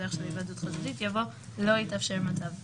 בדרך של היוועדות חזותית" יבוא "לא יתאפשר מצב בו".